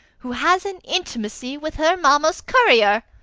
who has an intimacy with her mamma's courier.